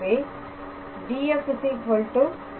எனவே Df ∇⃗⃗ fP